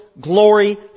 glory